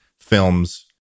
films